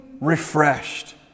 refreshed